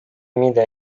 mida